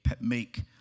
make